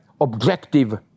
objective